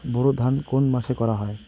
বোরো ধান কোন মাসে করা হয়?